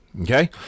okay